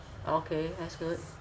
okay that's good